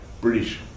British